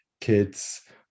kids